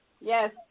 yes